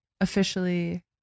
officially